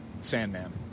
Sandman